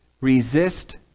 Resist